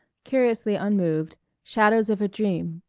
curiously unmoved, shadows of a dream,